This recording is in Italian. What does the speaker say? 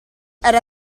era